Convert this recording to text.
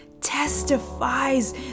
testifies